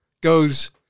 goes